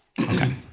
Okay